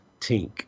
Tink